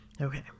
Okay